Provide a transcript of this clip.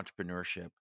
entrepreneurship